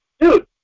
Dude